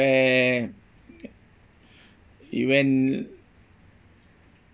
where event